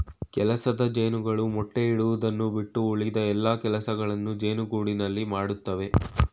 ಕೆಲಸದ ಜೇನುಗಳು ಮೊಟ್ಟೆ ಇಡುವುದನ್ನು ಬಿಟ್ಟು ಉಳಿದ ಎಲ್ಲಾ ಕೆಲಸಗಳನ್ನು ಜೇನುಗೂಡಿನಲ್ಲಿ ಮಾಡತ್ತವೆ